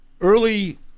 early